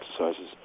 exercises